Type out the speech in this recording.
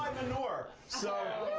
manure. so